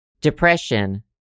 depression